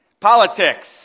Politics